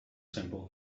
simple